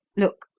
look!